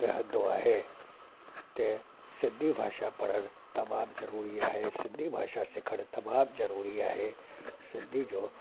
रहंदो आहे ते सिंधी भाषा पढ़णु तमामु ज़रूरी आहे सिंधी भाषा सिखणु तमामु ज़रूरी आहे सिंधी जो